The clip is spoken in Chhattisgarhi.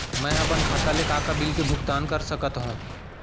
मैं ह अपन खाता ले का का बिल के भुगतान कर सकत हो